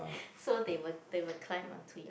so they will they will climb onto your